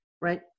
right